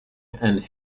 and